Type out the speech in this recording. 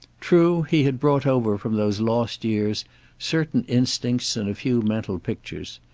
true, he had brought over from those lost years certain instincts and a few mental pictures.